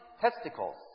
testicles